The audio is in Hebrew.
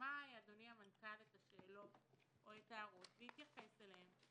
ישמע אדוני המנכ"ל את השאלות או את ההערות ויתייחס אליהן.